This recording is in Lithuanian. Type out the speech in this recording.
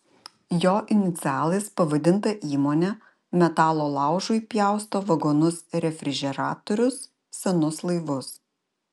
jo inicialais pavadinta įmonė metalo laužui pjausto vagonus refrižeratorius senus laivus